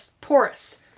porous